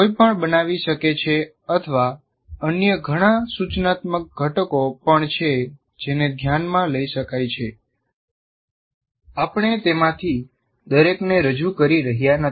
કોઈ પણ બનાવી શકે છે અથવા અન્ય ઘણા સૂચનાત્મક ઘટકો પણ છે જેને ધ્યાનમાં લઈ શકાય છે આપણે તેમાંથી દરેકને રજૂ કરી રહ્યા નથી